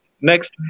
next